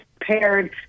prepared